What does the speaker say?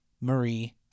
Marie